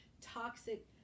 toxic